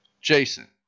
Jason